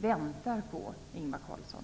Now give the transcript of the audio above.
väntar på, Ingvar Carlsson.